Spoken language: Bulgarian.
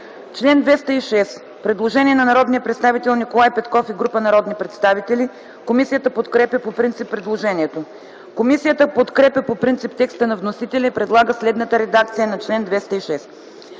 § 17 има предложение на народния представител Николай Петков и група народни представители. Комисията подкрепя по принцип предложението. Комисията подкрепя по принцип текста на вносителя и предлага следната редакция на § 17: